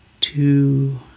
two